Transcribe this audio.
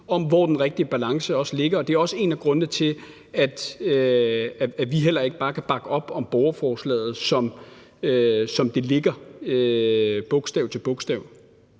hvor den rette balance ligger. Det er også en af grundene til, at vi heller ikke bare kan bakke op om borgerforslaget, som det ligger, bogstav til bogstav.